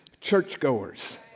churchgoers